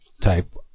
type